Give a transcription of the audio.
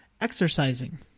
Exercising